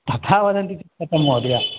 तथा वदन्ति चेत् कथं महोदय